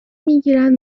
میگیرند